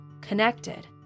connected